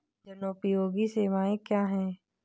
जनोपयोगी सेवाएँ क्या हैं?